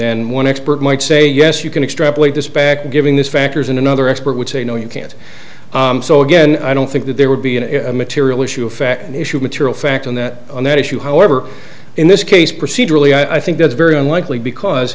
and one expert might say yes you can extrapolate this back giving these factors in another expert would say no you can't so again i don't think that there would be a material issue affect an issue of material fact on that on that issue however in this case procedurally i think that's very unlikely because